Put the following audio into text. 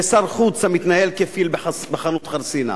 ושר חוץ המתנהל כפיל בחנות חרסינה.